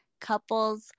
Couples